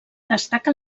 destaca